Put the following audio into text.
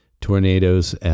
tornadoes